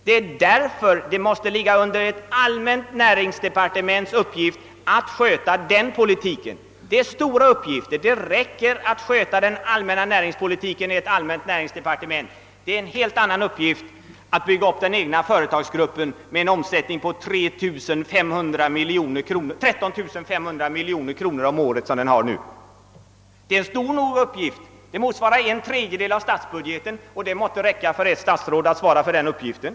Det är därför vi behöver ett allmänt näringsdepartement att sköta den politiken. Den innefattar stora uppgifter; det räcker för ett allmänt näringsdepartement att sköta den allmänna näringspolitiken. Det är en annan stor uppgift att bygga upp den egna företagsgruppen, som nu har en omsättning på 13500 miljoner kronor. Detta belopp motsvarar en tredjedel av statsbudgeten, och det måtte väl räcka för ett statsråd att svara för den upp giften.